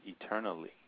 eternally